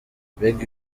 mbega